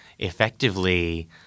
Effectively